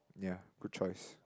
ya good choice